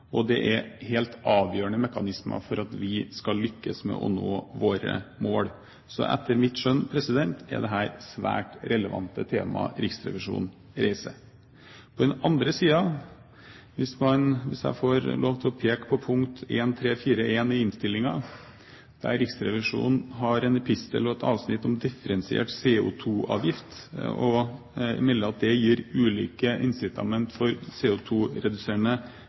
og det er helt avgjørende mekanismer for at vi skal lykkes med å nå våre mål. Så etter mitt skjønn er det svært relevante tema Riksrevisjoner reiser. På den andre siden: Hvis jeg får lov til å peke på punkt 1.3.4.1 i innstillingen, der Riksrevisjonen har en epistel og et avsnitt om differensiert CO2-avgift og melder at det gir ulike incitament for